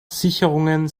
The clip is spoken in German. sicherungen